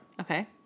okay